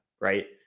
right